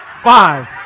five